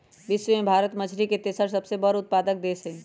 विश्व में भारत मछरी के तेसर सबसे बड़ उत्पादक देश हई